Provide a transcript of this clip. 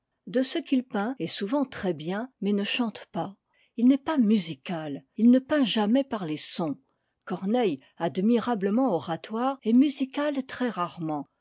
de ce qu'il peint et souvent très bien mais ne chante pas il n'est pas musical il ne peint jamais par les sons corneille admirablement oratoire est musical très rarement